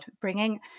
bringing